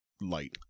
light